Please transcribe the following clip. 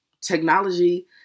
technology